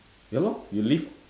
ya lor you live